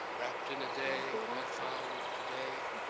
wrapped in a day i found today.